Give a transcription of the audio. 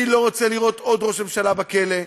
אני לא רוצה לראות עוד ראש ממשלה בכלא,